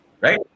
Right